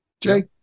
jay